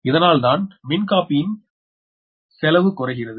இதனால்தான் மின்காப்பியின் செலவு குறைகிறது